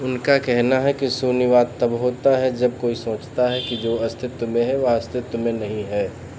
उनका कहना है कि शून्यवाद तब होता है जब कोई सोचता है कि जो अस्तित्व में है वह अस्तित्व में नहीं है